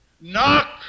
Knock